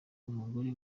umugore